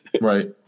Right